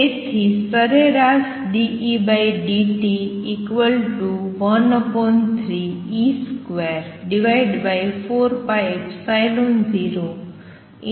તેથી સરેરાશ